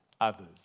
others